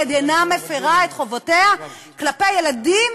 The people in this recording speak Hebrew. המדינה מפרה את חובותיה כלפי הילדים